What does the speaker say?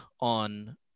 on